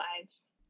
lives